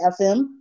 FM